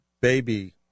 baby